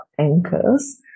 anchors